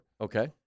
Okay